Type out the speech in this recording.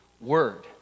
word